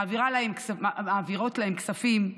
מעבירות להם כספים.